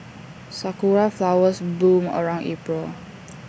Sakura Flowers bloom around April